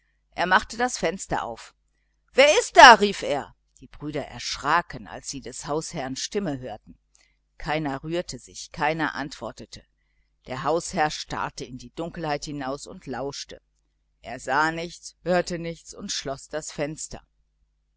er machte das fenster auf wer ist da rief er die brüder erschraken als sie des hausherrn stimme hörten keiner rührte sich keiner antwortete der hausherr starrte in die dunkelheit hinaus lauschte sah nichts hörte nichts und schloß das fenster